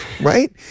right